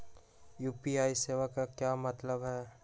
UPI सेवा के का मतलब है?